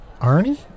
Arnie